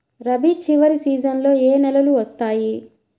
రబీ చివరి సీజన్లో ఏ నెలలు వస్తాయి?